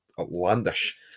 outlandish